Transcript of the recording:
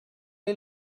est